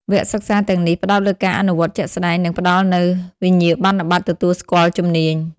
វគ្គសិក្សាទាំងនេះផ្តោតលើការអនុវត្តជាក់ស្តែង និងផ្តល់នូវវិញ្ញាបនបត្រទទួលស្គាល់ជំនាញ។